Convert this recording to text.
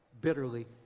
bitterly